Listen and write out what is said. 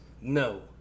no